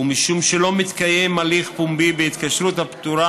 משום שלא מתקיים הליך פומבי בהתקשרות הפטורה